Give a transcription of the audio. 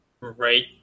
Right